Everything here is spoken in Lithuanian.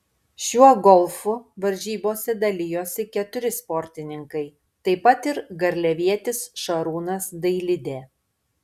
šiuo golfu varžybose dalijosi keturi sportininkai taip pat ir garliavietis šarūnas dailidė